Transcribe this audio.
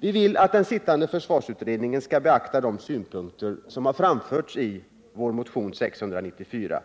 Vi vill att den sittande försvarsutredningen skall beakta de synpunkter som har framförts i vår motion, nr 694.